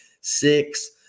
six